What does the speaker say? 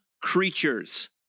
creatures